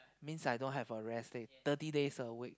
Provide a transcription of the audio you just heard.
means I don't have a rest day thirty days a week